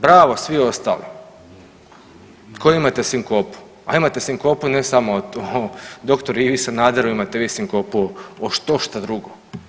Bravo, svi ostali koji imate sinkopu, a nemate sinkopu, ne samo o dr. Ivi Sanaderu, imate vi sinkopu o štošta drugo.